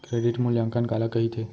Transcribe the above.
Credit मूल्यांकन काला कहिथे?